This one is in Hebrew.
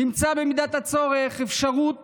נמצאת במידת הצורך אפשרות